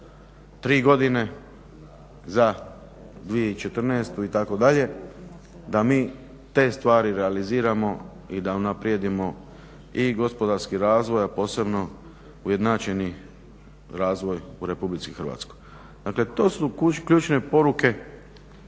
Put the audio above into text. godine za 2014. Itd. da mi te stvari realiziramo i da unaprijedimo i gospodarski razvoj, a posebno ujednačeni razvoj u RH. Dakle to su ključne poruke